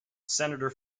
senator